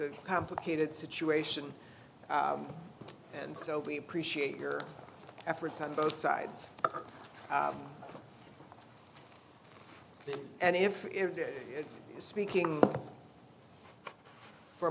a complicated situation and so we appreciate your efforts on both sides and if it is speaking for